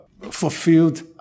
fulfilled